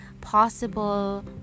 possible